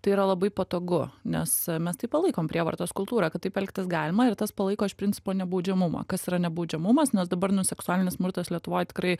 tai yra labai patogu nes mes taip palaikom prievartos kultūrą kad taip elgtis galima ir tas palaiko iš principo nebaudžiamumą kas yra nebaudžiamumas nes dabar nu seksualinis smurtas lietuvoj tikrai